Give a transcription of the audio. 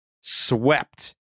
swept